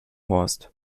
horst